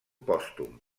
pòstum